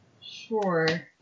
Sure